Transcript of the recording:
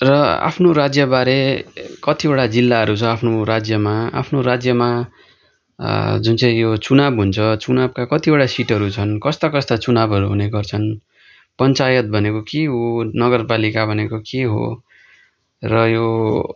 र आफ्नो राज्यबारे कतिवटा जिल्लाहरू छ आफ्नो राज्यमा आफ्नो राज्यमा जुन चाहिँ यो चुनाउ हुन्छ चुनाउका कतिवटा सिटहरू छन् कस्ता कस्ता चुनावहरू हुने गर्छन् पञ्चायत भनेको के हो नगरपालिका भनेको के हो र यो